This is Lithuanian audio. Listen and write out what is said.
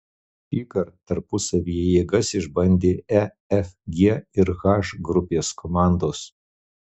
šįkart tarpusavyje jėgas išbandė e f g ir h grupės komandos